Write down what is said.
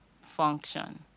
function